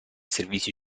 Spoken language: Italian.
servizio